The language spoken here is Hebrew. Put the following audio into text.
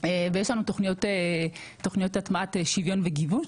ויש לנו תכניות הטמעת שוויון וגיוון,